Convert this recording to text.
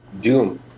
Doom